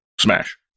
Smash